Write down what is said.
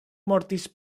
mortis